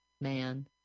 Man